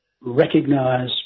recognise